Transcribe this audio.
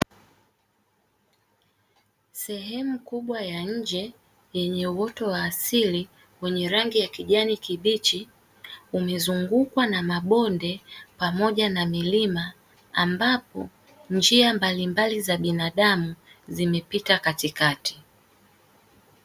Sehemu kubwa ya nje yenye uoto wa asili wenye rangi ya kijani kibichi, umezungukwa na mabonde pamoja na milima, ambapo njia mbalimbali za binadamu zimepita katikati.